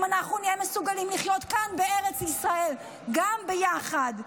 אם אנחנו נהיה מסוגלים לחיות כאן בארץ ישראל גם ביחד.